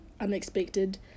unexpected